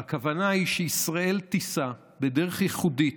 והכוונה היא שישראל תישא, בדרך ייחודית,